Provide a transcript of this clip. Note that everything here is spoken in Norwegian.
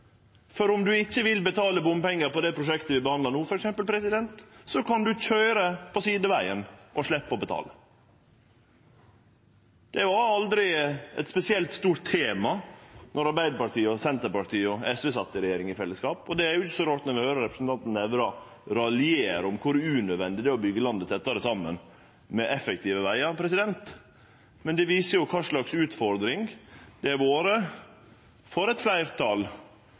dag. Om ein ikkje vil betale bompengar på det prosjektet vi behandlar no, f.eks., kan ein køyre på sidevegen og sleppe å betale. Det var aldri eit spesielt stort tema då Arbeidarpartiet, Senterpartiet og SV sat i regjering i fellesskap. Det er ikkje så rart når vi høyrer representanten Nævra raljere om kor unødvendig det er å byggje landet tettare saman med effektive vegar, men det viser kva slags utfordring det har vore for eit